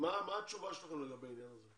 מה התשובה שלכם לגבי זה?